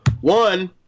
one